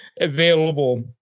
available